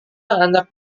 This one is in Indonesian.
anak